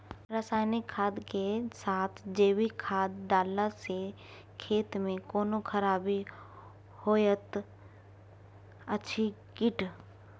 रसायनिक खाद के साथ जैविक खाद डालला सॅ खेत मे कोनो खराबी होयत अछि कीट?